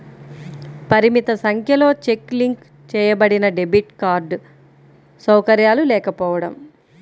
పరిమిత సంఖ్యలో check link చేయబడినడెబిట్ కార్డ్ సౌకర్యాలు లేకపోవడం